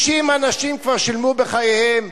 30 אנשים כבר שילמו בחייהם,